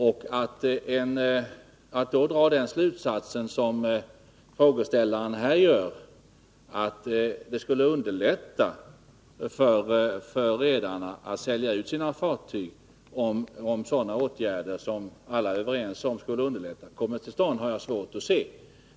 Jag har svårt att förstå att man kan dra den slutsats som frågeställaren här drar — att det skulle underlätta för redarna att sälja ut sina fartyg, om sådana åtgärder som alla är överens om skulle hjälpa näringen kommer till stånd.